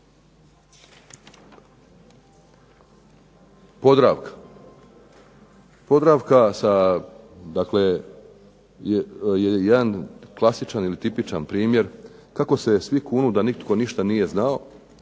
Podravka. Podravka sa dakle jedan klasičan ili tipičan primjer kako se svi kunu da nitko ništa nije znao,